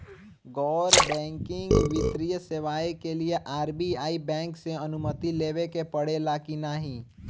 गैर बैंकिंग वित्तीय सेवाएं के लिए आर.बी.आई बैंक से अनुमती लेवे के पड़े ला की नाहीं?